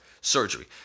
Surgery